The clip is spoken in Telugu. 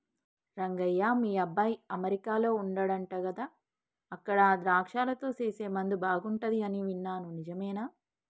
రంగయ్య మీ అబ్బాయి అమెరికాలో వుండాడంటగా అక్కడ ద్రాక్షలతో సేసే ముందు బాగుంటది అని విన్నాను నిజమేనా